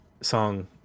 song